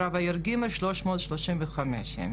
רב העיר ג' שהה 335 ימים.